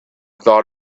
thought